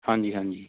ਹਾਂਜੀ ਹਾਂਜੀ